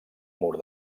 mur